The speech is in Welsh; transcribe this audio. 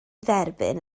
dderbyn